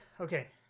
Okay